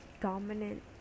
dominant